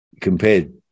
compared